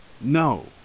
No